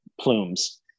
plumes